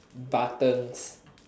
buttons